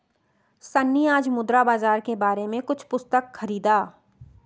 सन्नी आज मुद्रा बाजार के बारे में कुछ पुस्तक खरीदा